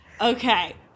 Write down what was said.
Okay